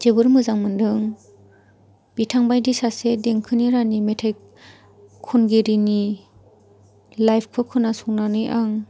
जोबोर मोजां मोन्दों बिथांबायदि सासे देंखोनि रानि मेथाइ खनगिरिनि लाइफखौ खोनासंनानै आं